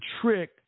trick